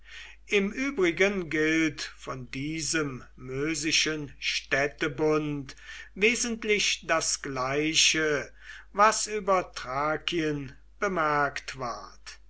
im übrigen gilt von diesem mösischen städtebund wesentlich das gleiche was über thrakien bemerkt ward